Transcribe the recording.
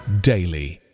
daily